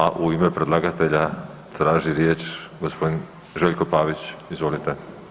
A u ime predlagatelja traži riječ gospodin Željko Pavić, izvolite.